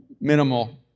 minimal